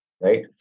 right